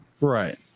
right